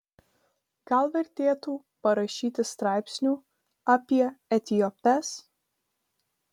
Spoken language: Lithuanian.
gal vertėtų parašyti straipsnių apie etiopes